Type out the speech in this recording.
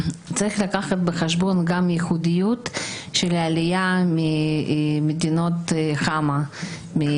צריך לקחת בחשבון גם את הייחודיות של העלייה ממדינות חמ"ע,